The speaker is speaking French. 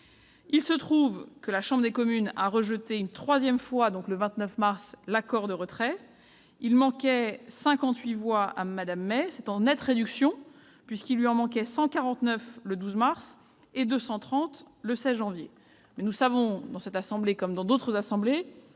Il se trouve que la Chambre des communes a rejeté une troisième fois, le 29 mars, l'accord de retrait. Il a manqué 58 voix à Mme May, un nombre en nette réduction, puisqu'il lui en manquait 149 le 12 mars et 230 le 16 janvier. Pour autant, nous savons, dans cette assemblée comme dans d'autres,